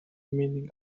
meaning